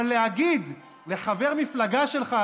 אבל להגיד על חבר מפלגה שלך,